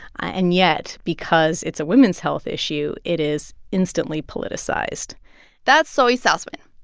and yet, because it's a women's health issue, it is instantly politicized that's zoe salzman.